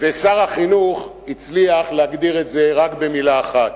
ושר החינוך הצליח להגדיר את זה רק במלה אחת.